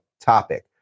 topic